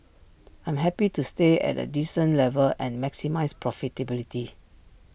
I'm happy to stay at A decent level and maximise profitability